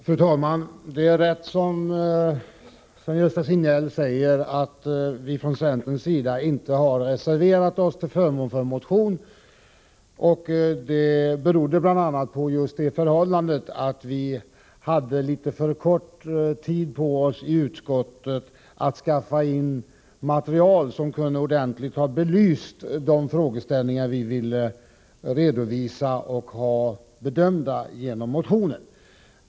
Fru talman! Det är rätt, som Sven-Gösta Signell säger, att vi från centerns sida inte har reserverat oss till förmån för motionen. Det beror bl.a. på det förhållandet att vi hade litet för kort tid på oss i utskottet att skaffa in material som ordentligt kunde belysa de frågeställningar vi ville redovisa och ha bedömda genom motionen.